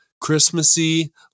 Christmassy